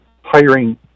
hiring